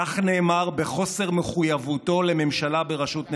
כך נאמר, בחוסר מחויבותו לממשלה בראשות נתניהו,